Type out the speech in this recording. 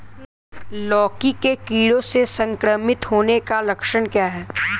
लौकी के कीड़ों से संक्रमित होने के लक्षण क्या हैं?